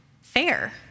Fair